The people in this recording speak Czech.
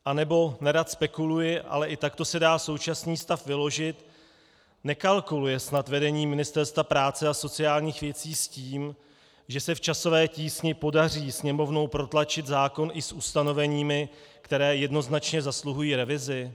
Anebo nerad spekuluji, ale i takto se dá současný stav vyložit nekalkuluje snad vedení Ministerstva práce a sociálních věcí s tím, že se v časové tísni podaří Sněmovnou protlačit zákon i s ustanoveními, která jednoznačně zasluhuji revizi?